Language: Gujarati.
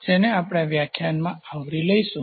આ એવા વિષયો છે જેને આપણે આ વ્યાખ્યાનમાં આવરીશું